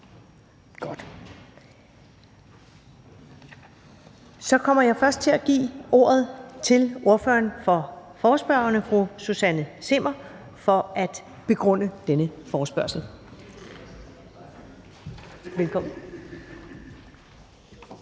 Så kommer jeg først til at give ordet til ordføreren for forespørgerne, fru Susanne Zimmer, for at begrunde denne forespørgsel. Velkommen.